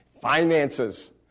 Finances